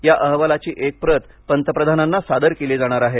या अहवालाची एक प्रत पंतप्रधानांना सादर केली जाणार आहे